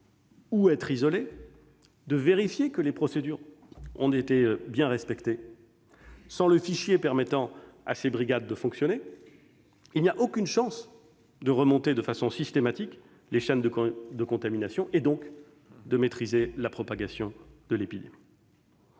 ou être isolé, de vérifier que les procédures ont bien été respectées. Sans le fichier permettant à ces brigades de fonctionner, nous n'avons aucune chance de remonter de façon systématique les chaînes de contamination et, donc, de maîtriser la propagation de l'épidémie.